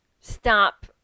stop